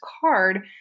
card